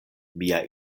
mia